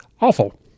awful